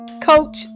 coach